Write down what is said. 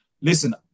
listen